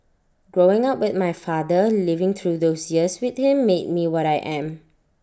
growing up with my father living through those years with him made me what I am